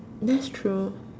that's true